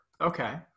Okay